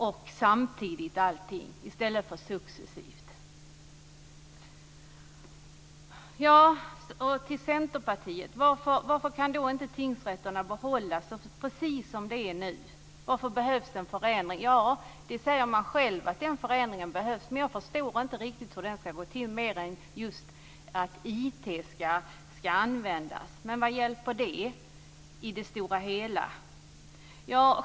Allt ska också ske samtidigt i stället för successivt. Så en fråga till Centerpartiet. Varför kan tingsrätterna inte behållas precis som de är nu? Varför behövs det en förändring? Man säger själv att en förändring behövs. Men jag förstår inte riktigt hur den ska gå till, mer än just att IT ska användas. Men vad hjälper det i det stora hela?